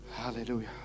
Hallelujah